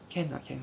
can lah can lah